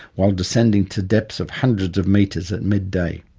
while descending to depths of hundreds of meters at midday.